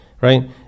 right